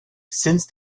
since